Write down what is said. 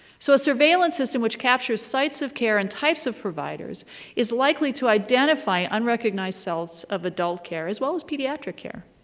so a surveillance system which captures sites of care and types of providers is likely to identify unrecognized cells of adult care, as well as pediatric care.